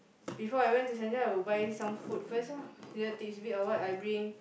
before I went to Saint-John I would buy some food first ah either tidbits or what I bring